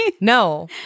No